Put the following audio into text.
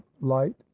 light